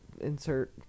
insert